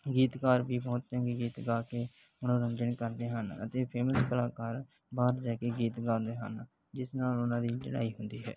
ਗੀਤਕਾਰ ਵੀ ਬਹੁਤ ਚੰਗੇ ਗੀਤ ਗਾ ਕੇ ਮਨੋਰੰਜਨ ਕਰਦੇ ਹਨ ਅਤੇ ਫੇਮਸ ਕਲਾਕਾਰ ਬਾਹਰ ਜਾ ਕੇ ਗੀਤ ਗਾਉਂਦੇ ਹਨ ਜਿਸ ਨਾਲ ਉਹਨਾਂ ਦੀ ਚੜ੍ਹਾਈ ਹੁੰਦੀ ਹੈ